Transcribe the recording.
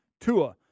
Tua